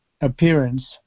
appearance